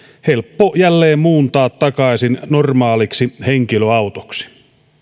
helppo jälleen muuntaa takaisin normaaliksi henkilöautoksi